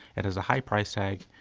it has a high price tag,